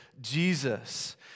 Jesus